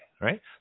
right